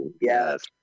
yes